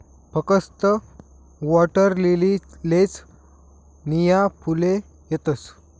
फकस्त वॉटरलीलीलेच नीया फुले येतस